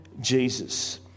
Jesus